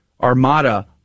armada